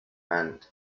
and